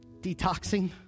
detoxing